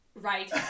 Right